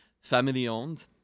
family-owned